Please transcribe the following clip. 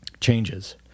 changes